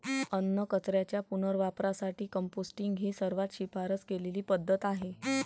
अन्नकचऱ्याच्या पुनर्वापरासाठी कंपोस्टिंग ही सर्वात शिफारस केलेली पद्धत आहे